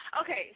Okay